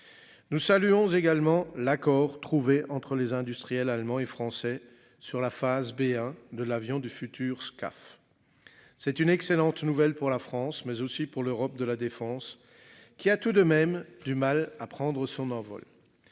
Nous saluons également l'accord trouvé entre les industriels allemands et français sur la face B hein de l'avion du futur SCAF. C'est une excellente nouvelle pour la France mais aussi pour l'Europe de la défense qui a tout de même du mal à prendre son envol.